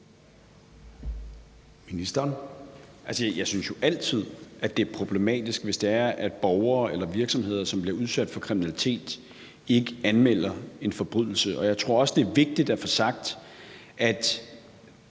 Jeg synes jo altid, det er problematisk, hvis det er, at borgere eller virksomheder, som bliver udsat for kriminalitet, ikke anmelder en forbrydelse. Jeg tror også, det er vigtigt at få sagt, at